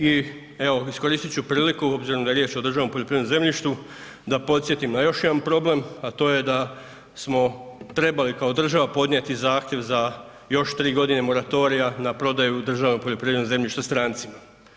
I evo, iskoristit ću priliku obzirom da je riječ o državnom poljoprivrednom zemljištu da podsjetim na još jedan problem, a to je da smo trebali kao država podnijeti zahtjev za još 3.g. moratorija na prodaju državnog poljoprivrednog zemljišta strancima.